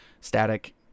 static